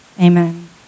amen